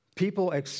People